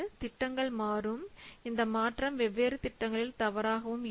திட்டங்கள் மாறும் இந்த மாற்றம் வெவ்வேறு திட்டங்களில் தவறாகவும் இருக்கும்